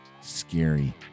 Scary